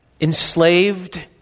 Enslaved